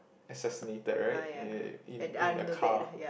assassinated right eh in in a car